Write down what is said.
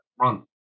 run